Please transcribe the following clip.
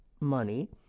money